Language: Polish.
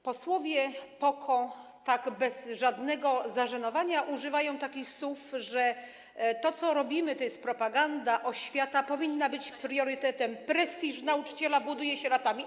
Posłowie PO-KO tak bez żadnego zażenowania używają takich słów, że to, co robimy, to jest propaganda, oświata powinna być priorytetem, prestiż nauczyciela buduje się latami.